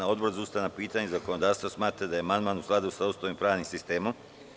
Odbor za ustavna pitanja i zakonodavstvo smatra da je amandman u skladu sa Ustavom i pravnim sistemom.